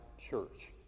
church